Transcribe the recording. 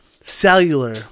cellular